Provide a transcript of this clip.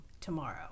tomorrow